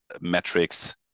metrics